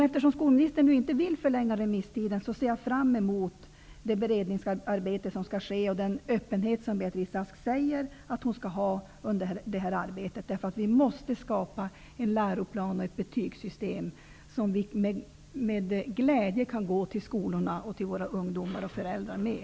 Eftersom skolministern nu inte vill förlänga remisstiden, ser jag fram emot det beredningsarbete som skall ske och den öppenhet som Beatrice Ask säger att hon skall ha under det här arbetet. Vi måste skapa en läroplan och ett betygssystem som vi med glädje kan gå till skolorna, till våra ungdomar och deras föräldrar med.